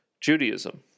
Judaism